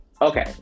Okay